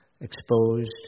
exposed